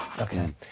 Okay